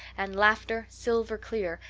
and laughter, silver clear,